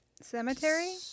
Cemetery